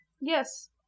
Yes